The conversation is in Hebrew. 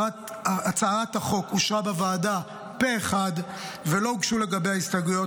הצעת החוק אושרה בוועדה פה אחד ולא הוגשו הסתייגויות.